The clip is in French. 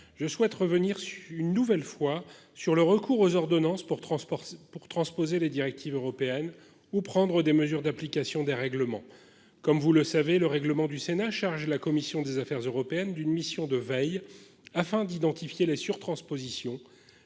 je souhaite revenir sur une nouvelle fois sur le recours aux ordonnances pour transport pour transposer les directives européennes ou prendre des mesures d'application des règlements comme vous le savez, le règlement du Sénat de la commission des Affaires européennes d'une mission de veille afin d'identifier les sur-transpositions